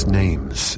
names